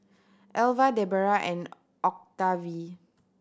Elva Debera and Octavie